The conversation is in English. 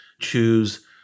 choose